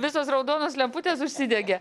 visos raudonos lemputės užsidegė